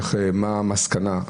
מה המסקנה,